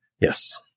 Yes